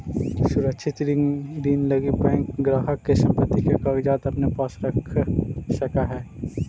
सुरक्षित ऋण लगी बैंक ग्राहक के संपत्ति के कागजात अपने पास रख सकऽ हइ